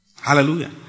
Hallelujah